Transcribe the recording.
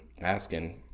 asking